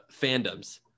fandoms